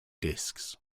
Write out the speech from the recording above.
discs